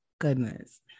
goodness